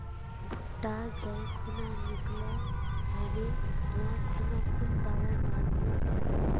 भुट्टा जाई खुना निकलो होबे वा खुना कुन दावा मार्मु?